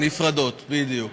נפרדות, בדיוק.